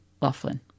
Laughlin